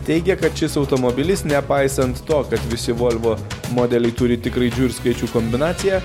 teigia kad šis automobilis nepaisant to kad visi volvo modeliai turi tik raidžių ir skaičių kombinaciją